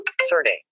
Surname